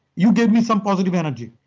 you gave me some positive energy,